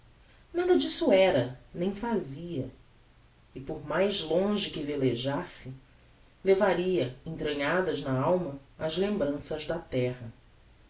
nada disso era nem fazia e por mais longe que velejasse levaria entranhadas na alma as lembranças da